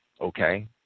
Okay